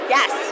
Yes